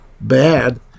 bad